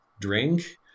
drink